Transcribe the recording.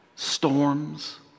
storms